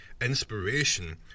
inspiration